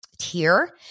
Tier